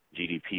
GDP